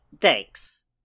thanks